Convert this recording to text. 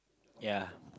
ya